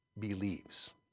believes